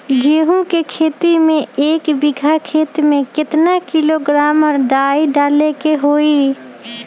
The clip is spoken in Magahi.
गेहूं के खेती में एक बीघा खेत में केतना किलोग्राम डाई डाले के होई?